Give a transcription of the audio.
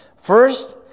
First